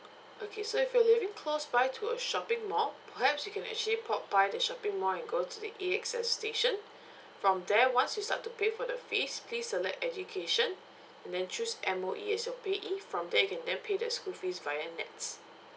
okay so if you're living close by to a shopping mall perhaps you can actually pop by the shopping mall and go to the A_X_S station from there once you start to pay for the fees please select education and then choose M_O_E as your payee from then you can then pay the school fees via nets